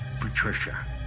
Patricia